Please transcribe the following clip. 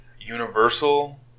Universal